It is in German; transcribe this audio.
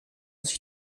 sich